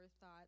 thought